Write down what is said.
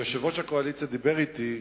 יושב-ראש הקואליציה דיבר אתי,